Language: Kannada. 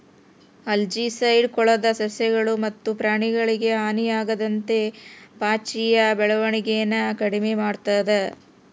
ಆಲ್ಜಿಸೈಡ್ ಕೊಳದ ಸಸ್ಯಗಳು ಮತ್ತು ಪ್ರಾಣಿಗಳಿಗೆ ಹಾನಿಯಾಗದಂತೆ ಪಾಚಿಯ ಬೆಳವಣಿಗೆನ ಕಡಿಮೆ ಮಾಡ್ತದ